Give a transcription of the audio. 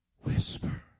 whisper